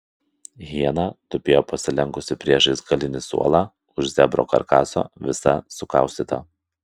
hiena tupėjo pasilenkusi priešais galinį suolą už zebro karkaso visa sukaustyta